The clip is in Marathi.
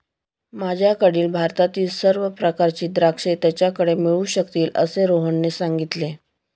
माझ्याकडील भारतातील सर्व प्रकारची द्राक्षे त्याच्याकडे मिळू शकतील असे रोहनने सांगितले